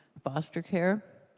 foster care.